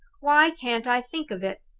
why can't i think of it,